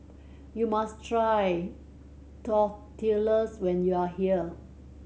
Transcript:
you must try Tortillas when you are here